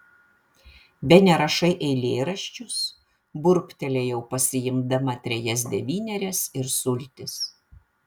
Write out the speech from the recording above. bene rašai eilėraščius burbtelėjau pasiimdama trejas devynerias ir sultis